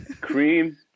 Cream